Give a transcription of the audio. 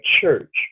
church